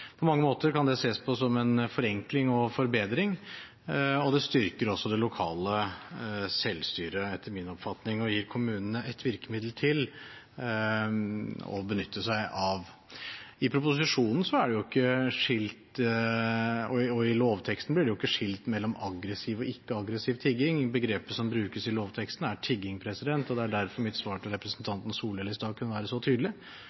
På mange måter kan det ses på som en forenkling og en forbedring, og det styrker også det lokale selvstyret, etter min oppfatning – og gir kommunene ett virkemiddel til å benytte seg av. I proposisjonen og i lovteksten blir det ikke skilt mellom aggressiv og ikke aggressiv tigging. Begrepet som brukes i lovteksten, er «tigging», og det er derfor mitt svar til representanten Solhjell i stad kunne være så tydelig.